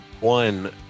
one